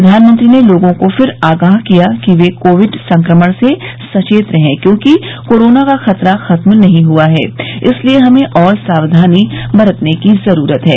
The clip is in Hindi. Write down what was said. प्रधानमंत्री ने लोगों को फिर आगाह किया कि वे कोविड संक्रमण से सचेत रहे क्योंकि कोरोना का खतरा खत्म नहीं हुआ है इसलिए हमें और साक्धानी बरतने की जरूरत है